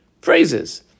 phrases